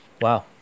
Wow